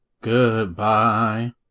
Goodbye